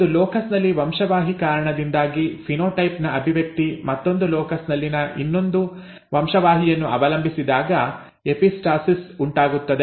ಒಂದು ಲೋಕಸ್ ನಲ್ಲಿನ ವಂಶವಾಹಿ ಕಾರಣದಿಂದಾಗಿ ಫಿನೋಟೈಪ್ ನ ಅಭಿವ್ಯಕ್ತಿ ಮತ್ತೊಂದು ಲೋಕಸ್ ನಲ್ಲಿನ ಇನ್ನೊಂದು ವಂಶವಾಹಿಯನ್ನು ಅವಲಂಬಿಸಿದಾಗ ಎಪಿಸ್ಟಾಸಿಸ್ ಉಂಟಾಗುತ್ತದೆ